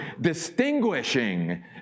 distinguishing